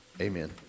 Amen